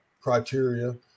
criteria